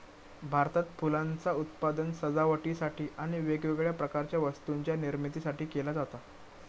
भारतात फुलांचा उत्पादन सजावटीसाठी आणि वेगवेगळ्या प्रकारच्या वस्तूंच्या निर्मितीसाठी केला जाता